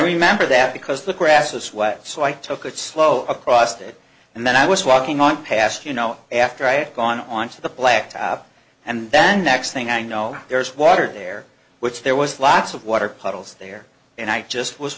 remember that because the grass of sweat so i took it slow across that and then i was walking on past you know after i had gone on to the blacktop and then next thing i know there's water there which there was lots of water puddles there and i just was